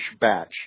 batch